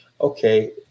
okay